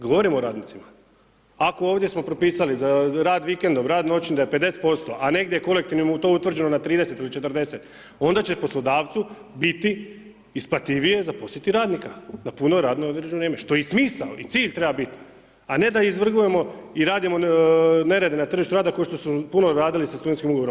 Govorimo o radnicima ako ovdje smo propisali za rad vikendom, rad noćni da je 50%, a negdje kolektivnim je to utvrđeno na 30 ili 40 onda će poslodavcu biti isplativije zaposliti radnika na puno radno određeno vrijeme što je i smisao i cilj treba biti, a ne da izvrgujemo i radimo na tržištu rada kao što su puno radili sa studentskim ugovorom.